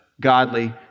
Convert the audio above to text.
godly